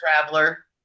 traveler